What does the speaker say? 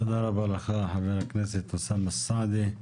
תודה רבה לך ח"כ אוסאמה סעדי.